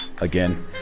again